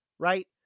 Right